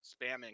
spamming